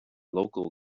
local